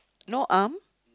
no arm